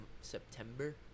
September